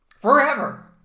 forever